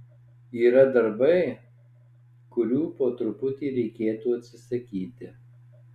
yra darbai kurių po truputį reikėtų atsisakyti